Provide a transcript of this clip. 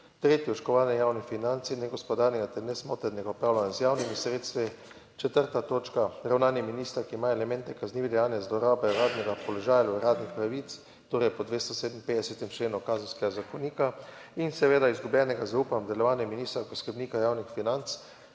tretje oškodovanje javnih financ in negospodarnega ter nesmotrnega upravljanja z javnimi sredstvi, četrta točka Ravnanje ministra, ki ima elemente kaznivih dejanj zlorabe uradnega položaja ali uradnih pravic torej po 257. členu Kazenskega zakonika in seveda izgubljenega zaupanja v delovanje ministra kot skrbnika javnih financ.